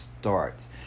starts